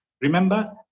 remember